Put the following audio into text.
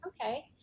Okay